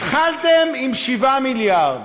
התחלתם עם 7 מיליארד